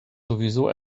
sowieso